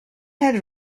had